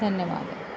धन्यवादः